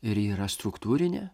ir ji yra struktūrinė